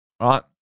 Right